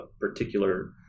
particular